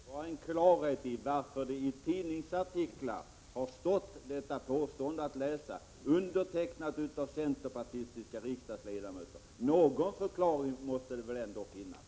Fru talman! Vad jag ville ha var klarhet om varför det i tidningsartiklar har stått att läsa detta påstående undertecknat av centerpartistiska riksdagsledamöter. Någon förklaring måste det väl ändå finnas.